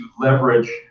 leverage